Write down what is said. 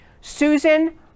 Susan